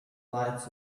lights